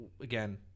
again